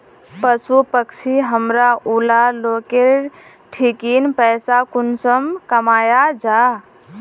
पशु पक्षी हमरा ऊला लोकेर ठिकिन पैसा कुंसम कमाया जा?